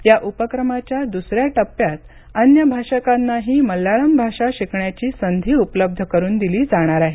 या उपक्रमाच्या द्सऱ्या टप्प्यात अन्य भाषकांनाही मल्याळम भाषा शिकण्याची संधी उपलब्ध करून दिली जाणार आहे